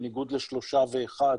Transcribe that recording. בניגוד לשלושה ואחד